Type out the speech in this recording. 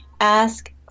ask